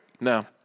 No